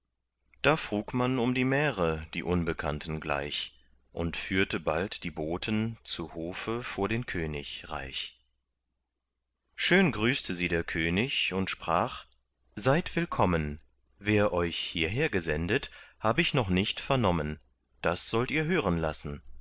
da frug man um die märe die unbekannten gleich und führte bald die boten zu hofe vor den könig reich schön grüßte sie der könig und sprach seid willkommen wer euch hierher gesendet hab ich noch nicht vernommen das sollt ihr hören lassen